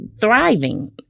thriving